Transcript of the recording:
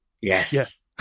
Yes